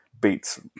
Beats